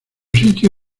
sitio